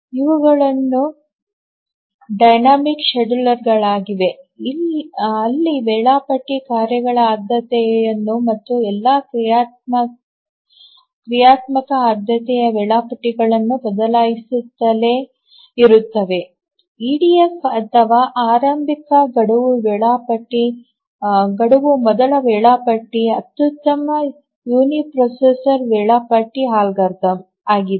ಇವುಗಳು ಡೈನಾಮಿಕ್ ಶೆಡ್ಯೂಲರ್ಗಳಾಗಿವೆ ಅಲ್ಲಿ ವೇಳಾಪಟ್ಟಿ ಕಾರ್ಯಗಳ ಆದ್ಯತೆಯನ್ನು ಮತ್ತು ಎಲ್ಲಾ ಕ್ರಿಯಾತ್ಮಕ ಆದ್ಯತೆಯ ವೇಳಾಪಟ್ಟಿಗಳನ್ನು ಬದಲಾಯಿಸುತ್ತಲೇ ಇರುತ್ತದೆ ಇಡಿಎಫ್ ಅಥವಾ ಆರಂಭಿಕ ಗಡುವು ಮೊದಲ ವೇಳಾಪಟ್ಟಿ ಅತ್ಯುತ್ತಮ ಯುನಿಪ್ರೊಸೆಸರ್ ವೇಳಾಪಟ್ಟಿ ಅಲ್ಗಾರಿದಮ್ ಆಗಿದೆ